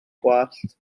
gwallt